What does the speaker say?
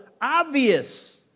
obvious